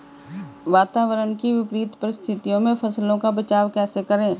वातावरण की विपरीत परिस्थितियों में फसलों का बचाव कैसे करें?